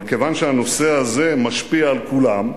אבל, כיוון שהנושא הזה משפיע על כולם,